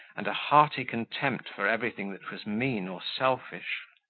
and a hearty contempt for everything that was mean or selfish.